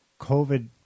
COVID